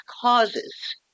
causes